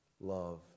Love